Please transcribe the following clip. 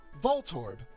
Voltorb